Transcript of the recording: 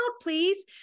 please